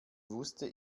wusste